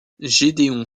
gédéon